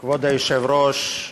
כבוד היושב-ראש,